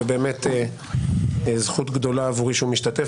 זו באמת זכות גדולה עבורי שהוא משתתף